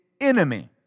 enemy